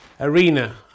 Arena